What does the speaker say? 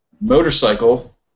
motorcycle